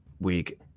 week